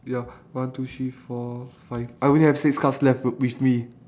ya one two three four five I only have six cards left w~ with me